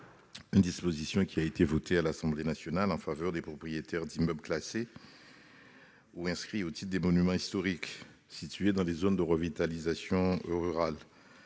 une disposition votée à l'Assemblée nationale en faveur des propriétaires d'immeubles classés ou inscrits au titre des monuments historiques, situés dans les zones de revitalisation rurale